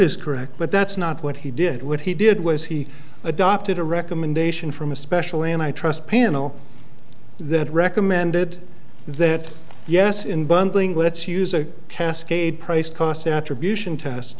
is correct but that's not what he did what he did was he adopted a recommendation from a special and i trust panel that recommended that yes in bundling let's use a cascade price cost attribution test